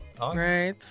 right